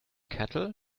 cattle